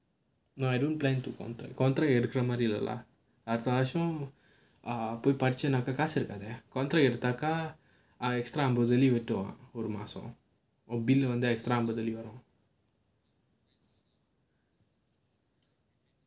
no I don't plan to contract contract எடுக்குற மாதிரி இல்லலா அடுத்த வருஷம் போய் படிச்சா காசு இருக்காது:edukkura maathiri illala adutha varusham poyii padicha kaasu irukkaathu contract எடுத்தாக்க:eduthaakka extra அம்பது வெள்ளி கட்டணும் ஒரு மாசம் ஒரு:ambathu velli kattanum oru maasam oru bill வந்து:vanthu extra அம்பது வெள்ளி வரும்:ambathu velli